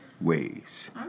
ways